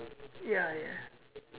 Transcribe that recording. ya ya